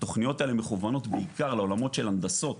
התוכניות האלה מכוונות בעיקר לעולמות של הנדסה.